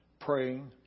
praying